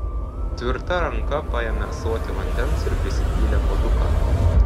tvirta ranka paėmė ąsotį vandens ir prisipylė puoduką